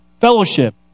fellowship